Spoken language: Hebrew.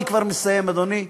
אני כבר מסיים, אדוני.